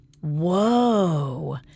Whoa